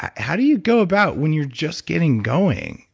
how do you go about, when you're just getting going?